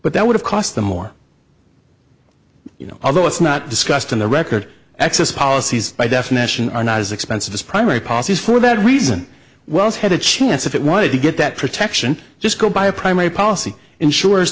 but that would have cost them more you know although it's not discussed in the record access policies by definition are not as expensive as primary policies for that reason wells had a chance if it wanted to get that protection just go buy a primary policy insure